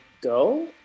go